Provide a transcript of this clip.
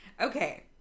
Okay